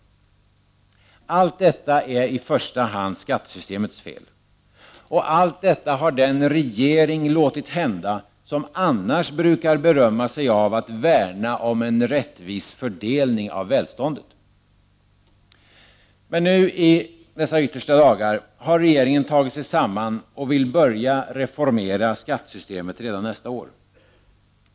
Allt detta är i första hand skattesystemets fel. Allt detta har den regering låtit hända som annars brukar berömma sig av att värna om en rättvis fördelning av välståndet. Men nu i dessa yttersta dagar har regeringen tagit sig samman och vill börja reformera skattesystemet redan nästa år.